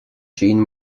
jean